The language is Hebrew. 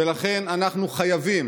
ולכן אנחנו חייבים